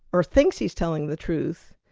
or thinks he's telling the truth,